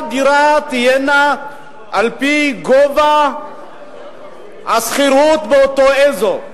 דירה תהיה על-פי גובה השכירות באותו אזור.